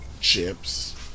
chips